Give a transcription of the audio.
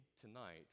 tonight